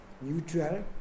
neutral